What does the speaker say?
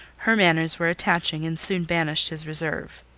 her manners were attaching, and soon banished his reserve.